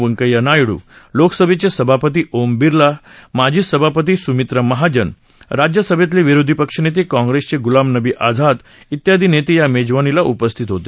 व्यंकय्या नायडू लोकसभेचे सभापती ओम बिर्ला माजी सभापती सुमित्रा महाजन राज्यसभेतले विरोधी पक्षनेते काँग्रेसचे गुलाम नबी आझाद इत्यादी नेत त्या मेजवानीला उपस्थित होते